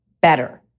better